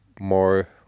more